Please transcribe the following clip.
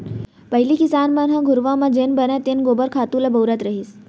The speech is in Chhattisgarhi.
पहिली किसान मन ह घुरूवा म जेन बनय तेन गोबर खातू ल बउरत रहिस